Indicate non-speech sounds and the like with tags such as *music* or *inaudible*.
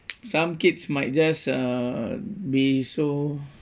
*noise* some kids might just uh be so